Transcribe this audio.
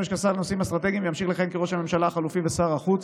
שר לנושאים אסטרטגיים וימשיך לכהן כראש הממשלה החלופי ושר החוץ,